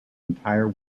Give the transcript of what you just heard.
entire